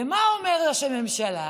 ומה אומר ראש הממשלה?